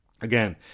Again